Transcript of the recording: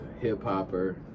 hip-hopper